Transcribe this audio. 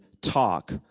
talk